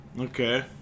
Okay